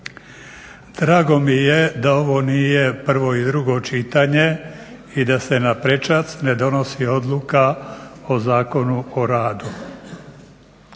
Drago mi je da ovo nije prvo i drugo čitanje i da se na prečac ne donosi odluka o Zakonu o radu.